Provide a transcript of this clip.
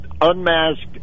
unmasked